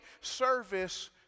service